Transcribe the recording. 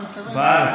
בארץ.